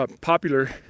popular